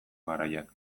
garaiak